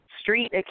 Street